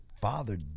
father